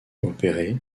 opéré